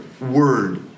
word